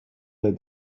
that